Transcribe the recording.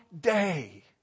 day